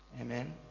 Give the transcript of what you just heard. amen